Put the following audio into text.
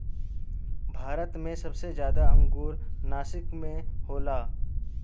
भारत मे सबसे जादा अंगूर नासिक मे होला